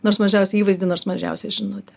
nors mažiausią įvaizdį nors mažiausią žinutę